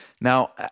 Now